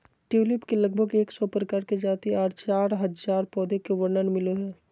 tulip के लगभग एक सौ प्रकार के जाति आर चार हजार पौधा के वर्णन मिलो हय